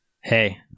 Hey